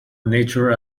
nature